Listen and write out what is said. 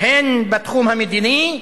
הן בתחום המדיני,